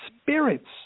spirits